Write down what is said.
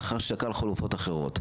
לאחר ששקל חלופות אחרות',